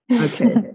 Okay